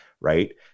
Right